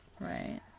Right